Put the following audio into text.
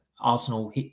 Arsenal